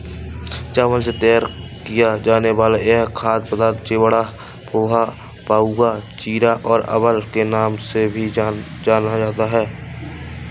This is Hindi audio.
चावल से तैयार किया जाने वाला यह खाद्य पदार्थ चिवड़ा, पोहा, पाउवा, चिरा या अवल के नाम से भी जाना जाता है